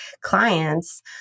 clients